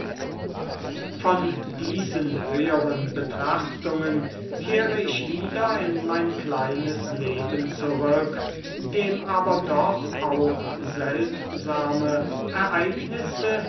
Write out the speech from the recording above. von diesen höheren betrachtungen kehre ich wieder in mein kleines leben zurück dem aber doch auch seltsame ereignisse